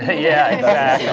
yeah,